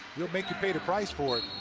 we'll make you pay the price for